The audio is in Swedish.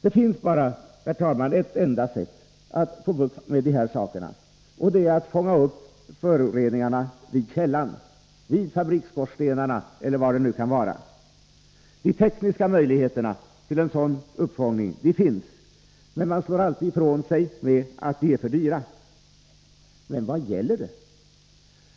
Det finns, herr talman, bara ett enda sätt att få bukt med de här problemen, och det är att fånga upp föroreningarna vid källan — vid fabriksskorstenarna eller var det nu kan vara. De tekniska möjligheterna till en sådan uppfångning finns, men man slår alltid ifrån sig med att de är för dyra. Men vad gäller det?